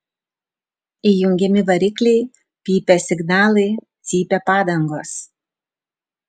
įjungiami varikliai pypia signalai cypia padangos